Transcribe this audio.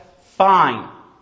fine